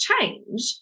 change